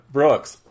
Brooks